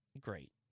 great